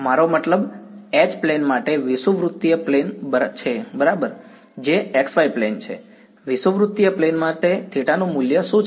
મારો મતલબ H -plane માટે વિષુવવૃત્તીય પ્લેન બરાબર છે જે x y પ્લેન છે વિષુવવૃત્તીય પ્લેન માટે થીટા નું મૂલ્ય શું છે